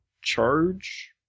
charge